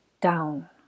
down